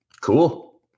Cool